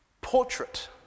portrait